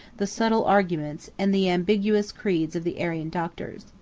the subtle arguments, and the ambiguous creeds of the arian doctors.